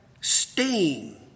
steam